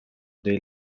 dei